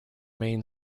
main